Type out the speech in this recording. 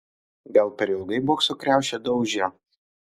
gal per ilgai bokso kriaušę daužė